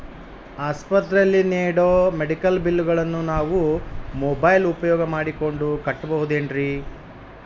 ಆಸ್ಪತ್ರೆಯಲ್ಲಿ ನೇಡೋ ಮೆಡಿಕಲ್ ಬಿಲ್ಲುಗಳನ್ನು ನಾವು ಮೋಬ್ಯೆಲ್ ಉಪಯೋಗ ಮಾಡಿಕೊಂಡು ಕಟ್ಟಬಹುದೇನ್ರಿ?